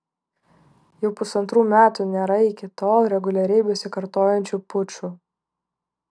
jau pusantrų metų nėra iki tol reguliariai besikartojančių pučų